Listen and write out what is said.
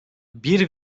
bir